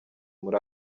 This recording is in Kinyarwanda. muri